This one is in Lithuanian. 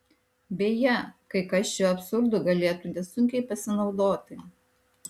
beje kai kas šiuo absurdu galėtų nesunkiai pasinaudoti